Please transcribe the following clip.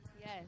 Yes